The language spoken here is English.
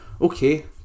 Okay